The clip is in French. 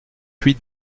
huit